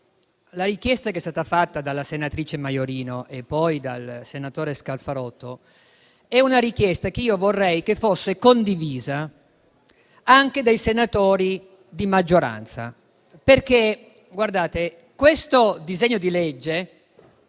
perché quella che è stata fatta dalla senatrice Maiorino e poi dal senatore Scalfarotto è una richiesta che vorrei fosse condivisa anche dai senatori di maggioranza. Guardate, questo disegno di legge